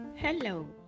Hello